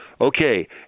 Okay